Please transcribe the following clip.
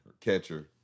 catcher